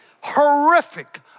Horrific